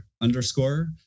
underscore